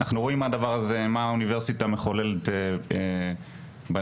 אנחנו רואים מה אוניברסיטה מחוללת בנגב,